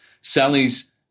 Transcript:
Sally's